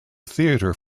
theatre